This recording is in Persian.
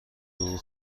اون